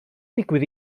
digwydd